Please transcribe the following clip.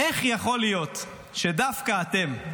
איך יכול להיות שדווקא אתם,